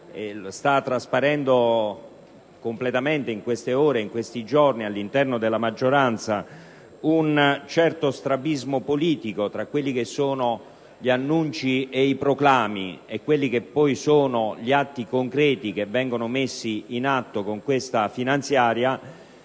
sta trasparendo in queste ore e in questi giorni all'interno della maggioranza un certo strabismo politico tra quelli che sono gli annunci e i proclami e quelli che sono poi gli atti concreti che vengono messi in campo con questa manovra